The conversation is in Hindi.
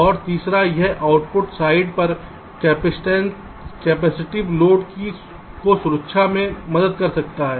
और तीसरा यह आउटपुट साइड पर कैपेसिटिव लोड को सुरक्षा में मदद कर सकता है